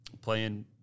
playing